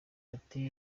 ati